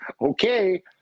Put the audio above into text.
okay